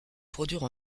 produire